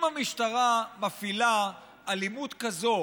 אם המשטרה מפעילה אלימות כזאת